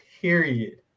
Period